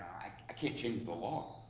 i can't change the law.